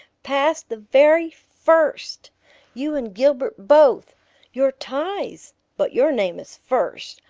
passed the very first you and gilbert both you're ties but your name is first.